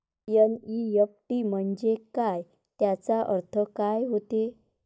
NEFT म्हंजे काय, त्याचा अर्थ काय होते?